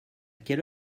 quelle